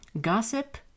gossip